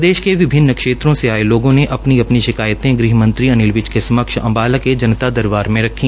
प्रदेश के विभिन्न क्षेत्रों से आये लोगों ने अपनी अपनी शिकायते गृहमंत्री अनिल विज के समक्ष अम्बाला के जनता दरबार में रखी